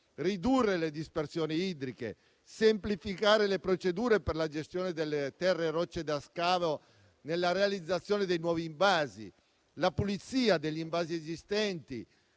ridurre le dispersioni idriche, di semplificare le procedure per la gestione delle terre e rocce da scavo nella realizzazione dei nuovi invasi, di pulire gli invasi esistenti,